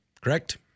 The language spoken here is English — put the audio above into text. correct